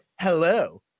hello